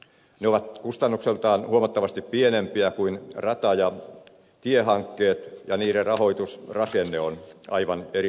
ne ovat kustannuksiltaan huomattavasti pienempiä kuin rata ja tiehankkeet ja niiden rahoitusrakenne on aivan erilainen